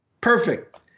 Perfect